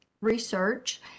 research